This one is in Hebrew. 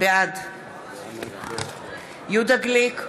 בעד יהודה גליק,